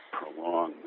prolong